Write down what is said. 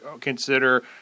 consider